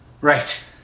Right